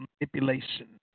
manipulation